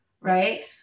right